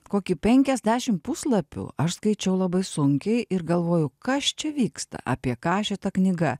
kokį penkiasdešim puslapių aš skaičiau labai sunkiai ir galvoju kas čia vyksta apie ką šita knyga